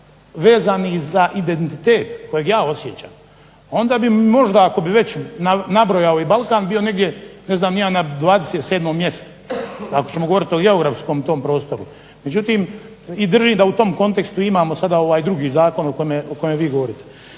vezanih za identitet kojeg ja osjećam onda bi možda ako bi već nabrojao i Balkan bio negdje ne znam ni ja na 27 mjestu. Ako ćemo govoriti o geografskom tom prostoru. Međutim, i držim da u tom kontekstu imamo sada ovaj drugi zakon o kojem vi govorite.